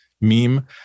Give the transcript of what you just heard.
meme